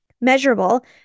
Measurable